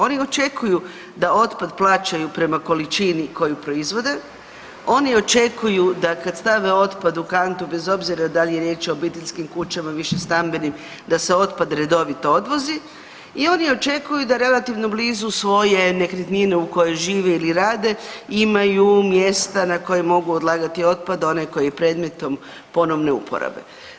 Oni očekuju da otpad plaćaju prema količini koju proizvode, oni očekuju da kad stave otpad u kantu bez obzira da li je riječ o obiteljskim kućama, više stambenim da se otpad redovito odvozi i oni očekuju da relativno blizu svoje nekretnine u kojoj žive ili rade imaju mjesta na koja mogu odlagati otpad onaj koji je predmetom ponovne uporabe.